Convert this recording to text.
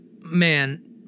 Man